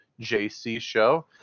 jcshow